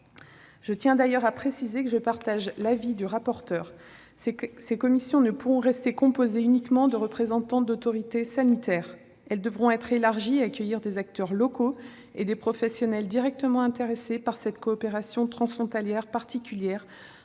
Je tiens d'ailleurs à préciser que je partage l'avis du rapporteur : ces commissions ne pourront rester composées uniquement de représentants d'autorités sanitaires. Elles devront être élargies à des acteurs locaux et à des professionnels directement intéressés par cette coopération transfrontalière particulière,